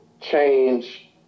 change